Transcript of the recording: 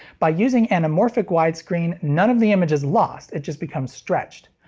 by using anamorphic widescreen, none of the image is lost, it just becomes stretched.